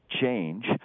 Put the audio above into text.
change